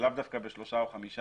ולאו דווקא בשלושה או חמישה,